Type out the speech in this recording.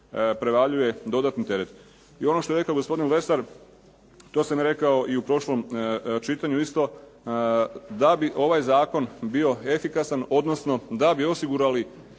prevaljuje dodatni teret. I ono što je rekao gospodin Lesar to sam rekao i u prošlom čitanju isto. Da bi ovaj zakon bio efikasan, odnosno da bi osigurali